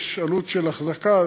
ויש עלות של החזקה,